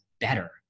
better